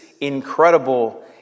incredible